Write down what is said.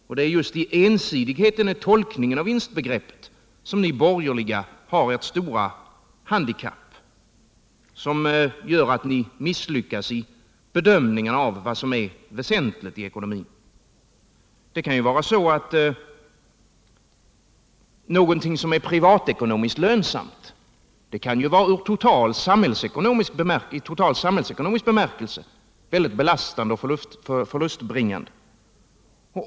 Och det är just i ensidigheten när det gäller tolkningen av vinstbegreppet som ni borgerliga har ert stora handikapp, som gör att ni misslyckas i bedömningen av vad som är väsentligt i ekonomin. Någonting som är privatekonomiskt lönsamt kan ju i total samhällsekonomisk bemärkelse vara mycket belastande och förlustbringande.